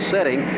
setting